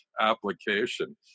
application